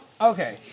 Okay